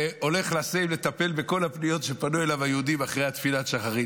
והולך לסאימה לטפל בכל הפניות שפנו אליו היהודים אחרי תפילת שחרית.